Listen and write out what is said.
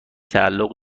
تعلق